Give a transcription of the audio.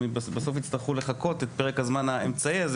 בסוף הם יצטרכו לחכות את פרק הזמן האמצעי הזה